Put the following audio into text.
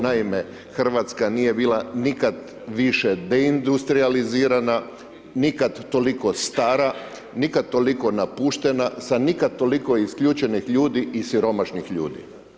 Naime, Hrvatska nije bila nikad više deindustrijalizirana, nikad toliko stara, nikad toliko napuštena, sa nikad toliko isključenih ljudi i siromašnih ljudi.